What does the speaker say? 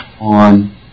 on